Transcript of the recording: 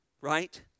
right